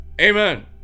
Amen